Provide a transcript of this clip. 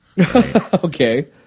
Okay